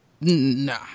Nah